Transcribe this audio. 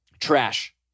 trash